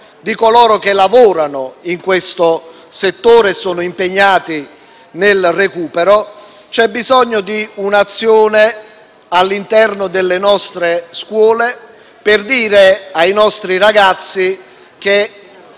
di coloro che lavorano in questo settore e sono impegnati nel recupero, c'è bisogno di un'azione all'interno delle nostre scuole, per dire ai nostri ragazzi che